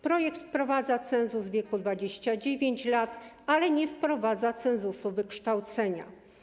Projekt wprowadza cenzus wieku: 29 lat, ale nie wprowadza cenzusu wykształcenia.